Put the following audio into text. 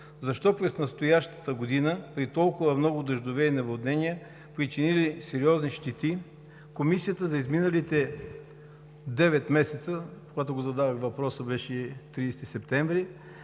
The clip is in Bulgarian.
защо през настоящата година, при толкова много дъждове и наводнения, причинили сериозни щети, Комисията за изминалите девет месеца – когато задавах въпроса беше 30 септември